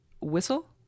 whistle